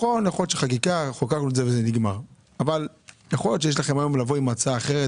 יכול להיות שיש לכם היום להגיד לנו הצעה אחרת,